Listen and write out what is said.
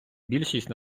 більшість